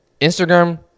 instagram